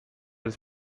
des